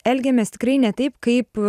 elgėmės tikrai ne taip kaip